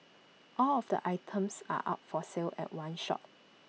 all of the items are up for sale at one shot